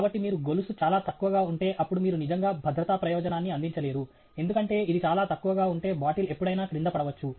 కాబట్టి మీరు గొలుసు చాలా తక్కువగా ఉంటే అప్పుడు మీరు నిజంగా భద్రతా ప్రయోజనాన్ని అందించలేరు ఎందుకంటే ఇది చాలా తక్కువగా ఉంటే బాటిల్ ఎపుడైనా క్రింద పడవచ్చు